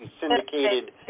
syndicated